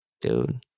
Dude